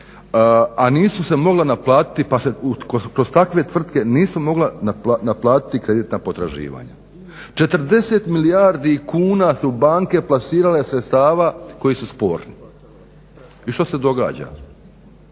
a nisu se mogle naplatiti pa se kroz takve tvrtke nisu mogla naplatiti kreditna potraživanja. 40 milijardi kuna su banke plasirale sredstava koji su sporni. I što se događa?